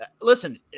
Listen